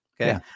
Okay